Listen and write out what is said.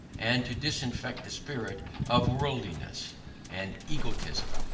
and to disinfect the spirit of worldliness and egotism.